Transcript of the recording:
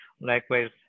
likewise